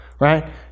right